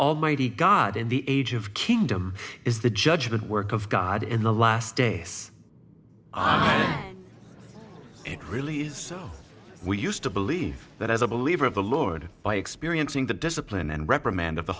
almighty god in the age of kingdom is the judgment work of god in the last days it really is so we used to believe that as a believer of the lord by experiencing the discipline and reprimand of the